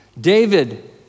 David